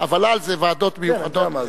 הוול"ל, זה הוועדות המיוחדות.